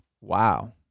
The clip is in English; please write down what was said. Wow